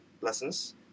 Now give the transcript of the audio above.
lessons